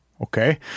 okay